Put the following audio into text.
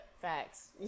facts